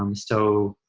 um so,